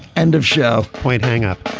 end of shelf point hang up.